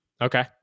okay